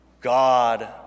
God